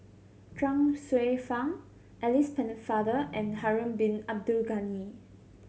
Chuang Hsueh Fang Alice Pennefather and Harun Bin Abdul Ghani